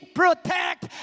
protect